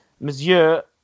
Monsieur